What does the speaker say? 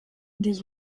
des